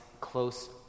close